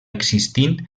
existint